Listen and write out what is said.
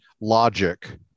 logic